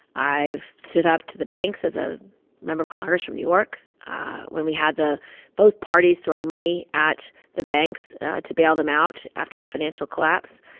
i've stood up to the banks as a member of congress from new york when we had the both parties throwing money at the banks to bail them out after the financial collapse.